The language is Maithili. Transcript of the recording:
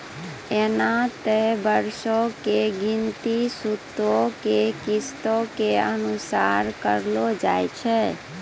एना त वार्षिकी के गिनती सूदो के किस्तो के अनुसार करलो जाय छै